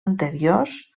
anteriors